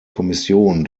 kommission